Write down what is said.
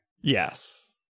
Yes